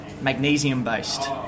magnesium-based